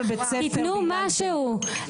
תתנו משהו,